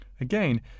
Again